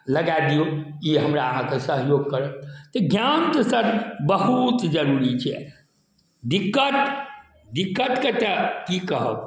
लगै दियौ ई हमरा अहाँके सहयोग करत तऽ ज्ञान तऽ सर बहुत जरूरी छै दिक्कत दिक्कत के तऽ की कहब